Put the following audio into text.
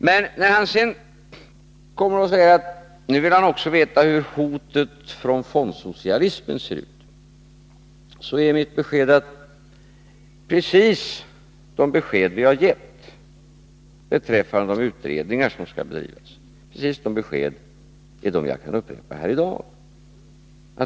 Men när Lars Tobisson sedan kommer och säger att nu vill han också veta hur hotet från fondsocialismen ser ut, är mitt svar att precis de beskeden vi har gett beträffande de utredningar som skall bedrivas, precis de besked är det jag kan upprepa här i dag.